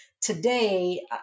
Today